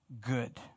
good